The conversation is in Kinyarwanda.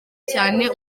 cyane